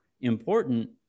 important